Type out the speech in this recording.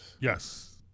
Yes